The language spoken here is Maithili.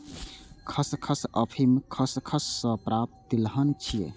खसखस अफीम खसखस सं प्राप्त तिलहन छियै